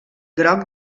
groc